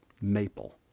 maple